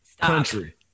country